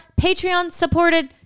Patreon-supported